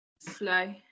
slow